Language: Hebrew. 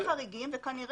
חריגים.